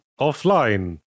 offline